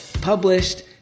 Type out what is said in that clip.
published